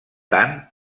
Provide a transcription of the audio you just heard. tant